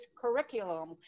curriculum